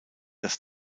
das